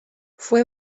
fue